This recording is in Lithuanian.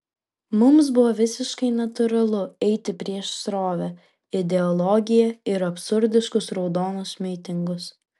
mums buvo visiškai natūralu eiti prieš srovę ideologiją ir absurdiškus raudonus mitingus